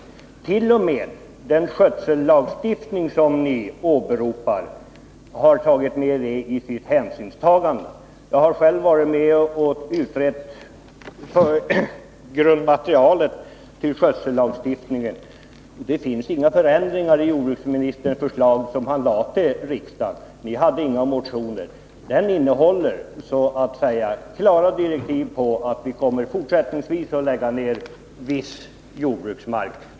T. o. m. i den skötsellagstiftning ni åberopar har man tagit hänsyn härtill. Jag har själv varit med om utredningar beträffande grundmaterialet för skötsellagstiftningen. Det har inte gjorts några ändringar av det förslag som jordbruksministern lade fram för riksdagen. Ni hade inga motioner. Det här innebär så att säga klara direktiv om att vi fortsättningsvis kommer att lägga ned viss jordbruksmark.